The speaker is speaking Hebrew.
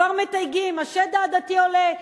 כבר מתייגים: השד העדתי עולה.